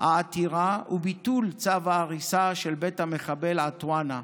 העתירה וביטול צו ההריסה של בית המחבל עטאונה,